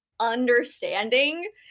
understanding